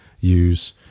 use